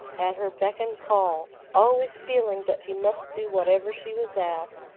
at her beck and call, always feeling that she must do whatever she was asked,